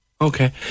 Okay